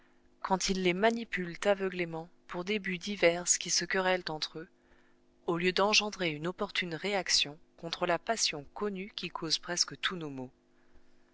quand ils les manipulent aveuglément pour des buts divers qui se querellent entre eux au lieu d'engendrer une opportune réaction contre la passion connue qui cause presque tous nos maux